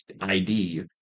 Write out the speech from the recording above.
ID